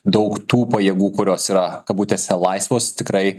daug tų pajėgų kurios yra kabutėse laisvos tikrai